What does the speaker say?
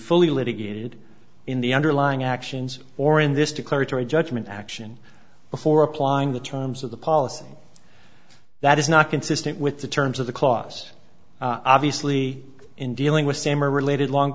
fully litigated in the underlying actions or in this declaratory judgment action before applying the terms of the policy that is not consistent with the terms of the clause obviously in dealing with same or related long